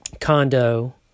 condo